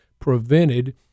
prevented